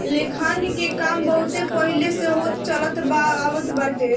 लेखांकन के काम बहुते पहिले से होत चलत आवत बाटे